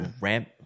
ramp